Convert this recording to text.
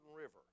River